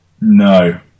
No